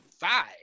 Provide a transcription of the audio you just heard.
five